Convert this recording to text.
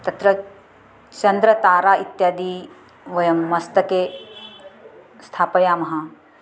तत्र चन्द्रतारा इत्यादि वयं मस्तके स्थापयामः